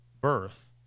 birth